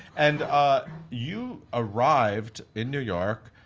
and you arrived in new york,